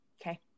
Okay